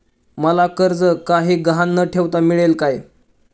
मला कर्ज काही गहाण न ठेवता मिळेल काय?